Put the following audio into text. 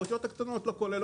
באותיות הקטנות: לא כולל,